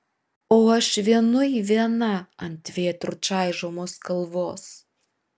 o aš vienui viena ant vėtrų čaižomos kalvos